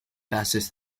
passes